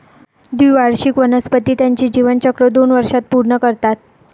द्विवार्षिक वनस्पती त्यांचे जीवनचक्र दोन वर्षांत पूर्ण करतात